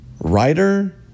Writer